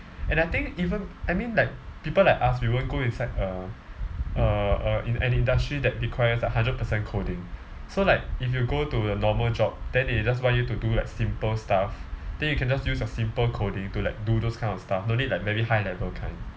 and I think even I mean like people like us we won't go inside a a a an industry that requires a hundred percent coding so like if you go to the normal job then they just want you to do like simple stuff then you can just use your simple coding to like do those kind of stuff don't need like very high level kind